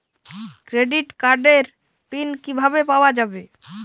Credit কার্ডের pin কিভাবে পাওয়া যাবে?